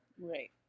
Right